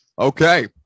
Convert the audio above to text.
Okay